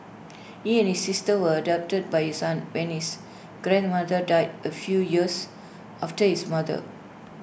he and sister were adopted by his aunt when his grandmother died A few years after his mother